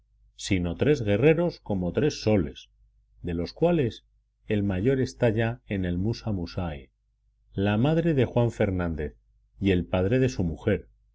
sino tres guerreros como tres soles de los cuales el mayor está ya en el musa musae la madre de juan fernández y el padre de su mujer